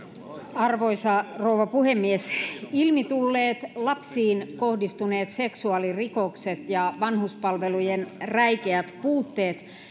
arvoisa rouva puhemies ilmi tulleet lapsiin kohdistuneet seksuaalirikokset ja vanhuspalvelujen räikeät puutteet